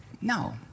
No